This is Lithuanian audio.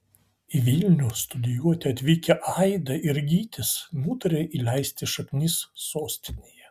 į vilnių studijuoti atvykę aida ir gytis nutarė įleisti šaknis sostinėje